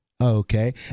okay